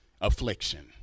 affliction